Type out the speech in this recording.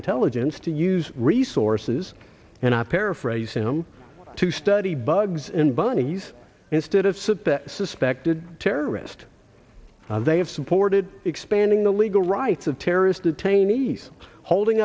intelligence to use resources and i paraphrase him to study bugs and bunnies instead of suit the suspected terrorist they have supported expanding the legal rights of terrorist detainees holding